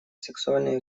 сексуальной